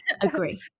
Agree